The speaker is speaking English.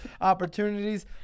opportunities